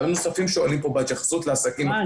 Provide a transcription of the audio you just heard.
דברים נוספים שעולים פה בהתייחסות לעסקים --- ערן,